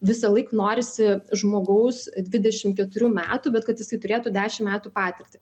visąlaik norisi žmogaus dvidešim keturių metų bet kad jisai turėtų dešim metų patirtį